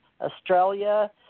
Australia